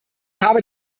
habe